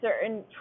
certain